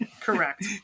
Correct